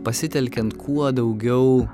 pasitelkiant kuo daugiau